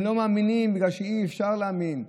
הם לא מאמינים, בגלל שאי-אפשר להאמין.